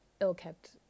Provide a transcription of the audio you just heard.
ill-kept